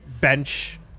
bench